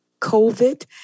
COVID